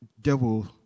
devil